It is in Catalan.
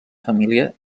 família